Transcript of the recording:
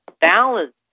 balance